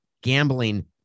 Gambling